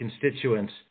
constituents